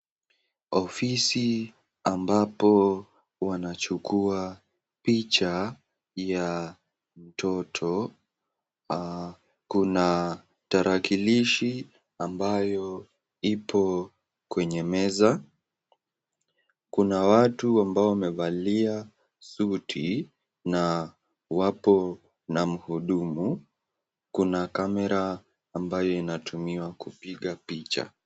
Ofisi ambapo wanachukua picha ya mtoto. Kuna tarakilishi ambayo ipo kwenye meza. Kuna watu ambao wamevalia suti na wapo na mhudumu. Kuna kamera ambayo inatumiwa kupiga picha.